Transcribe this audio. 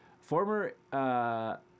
former